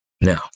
Now